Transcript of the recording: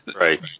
Right